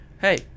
Hey